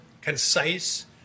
concise